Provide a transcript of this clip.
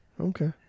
Okay